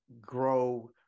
grow